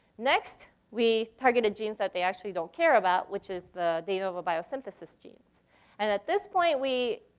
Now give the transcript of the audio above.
next, we targeted genes that they actually don't care about, which is the de novo biosynthesis genes. and at this point, we